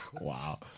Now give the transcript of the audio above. Wow